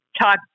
talk